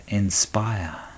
inspire